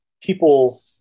people